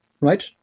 right